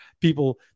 People